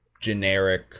Generic